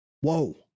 whoa